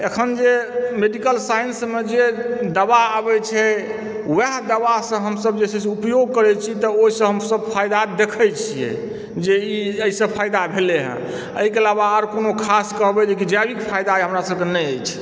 अखन जे मेडिकल साइन्समे जे दबाइ आबैत छै वएह दबाइसँ हमसभ जे छै से उपयोग करैत छी तऽ ओहिसँ हमसभ फायदा देखय छियै जे ई एहिसँ फायदा भेलय हँ एहिके अलावा आओर कोनो खास कहबय कि जे जैविक फायदा हमरा सबके नहि अछि